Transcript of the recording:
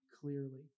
clearly